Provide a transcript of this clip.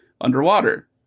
underwater